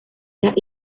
las